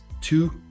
two